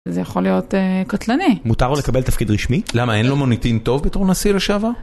זה יכול להיות קטלני. מותר לו לקבל תפקיד רשמי? למה אין לו מוניטין טוב בתור נשיא לשעבר?